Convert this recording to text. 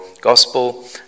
Gospel